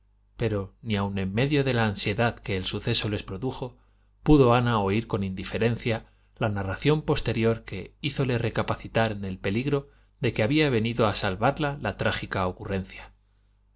pero ni aun en medio de la ansiedad que el suceso les produjo pudo ana oír con indiferencia la narración posterior que hízole recapacitar en el peligro de que había venido a salvarla la trágica ocurrencia